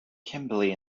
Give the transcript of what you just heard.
kimberly